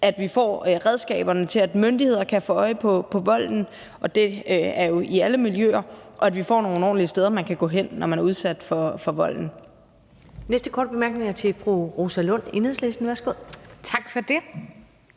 at vi får redskaberne til, at myndighederne kan få øje på volden – og det er jo i alle miljøer – og at vi får nogle ordentlige steder, man kan gå hen, når man er udsat for vold.